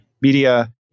media